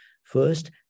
First